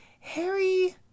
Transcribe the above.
Harry